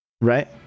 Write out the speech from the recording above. right